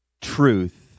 truth